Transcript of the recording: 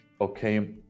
okay